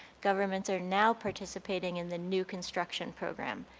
governments are now participating in the new construction program.